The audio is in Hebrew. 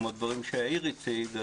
כמו דברים שיאיר הציג,